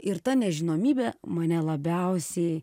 ir ta nežinomybė mane labiausiai